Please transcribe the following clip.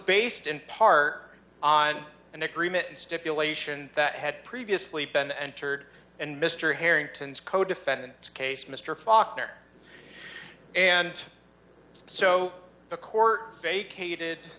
based in part on an agreement stipulation that had previously been entered and mr harrington's co defendants case mr faulkner and so the court vacated